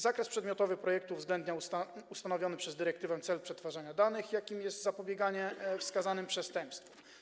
Zakres przedmiotowy projektu uwzględnia ustanowiony przez dyrektywę cel przetwarzania danych, jakim jest zapobieganie wskazanym przestępstwom.